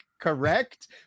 correct